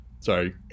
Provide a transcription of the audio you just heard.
Sorry